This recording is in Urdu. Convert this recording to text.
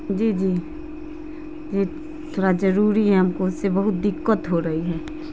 جی جی یہی تھوڑا ضروری ہے ہم کو اس سے بہت دقت ہو رہی ہے